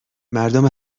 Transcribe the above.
مردم